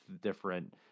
different